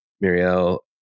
Muriel